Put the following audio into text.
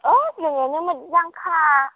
औ जोंनियानो मोजांखा